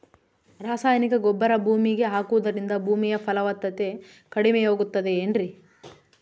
ರಾಸಾಯನಿಕ ಗೊಬ್ಬರ ಭೂಮಿಗೆ ಹಾಕುವುದರಿಂದ ಭೂಮಿಯ ಫಲವತ್ತತೆ ಕಡಿಮೆಯಾಗುತ್ತದೆ ಏನ್ರಿ?